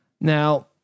Now